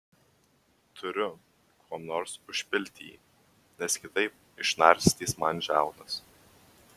turiu kuom nors užpilti jį nes kitaip išnarstys man žiaunas